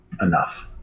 enough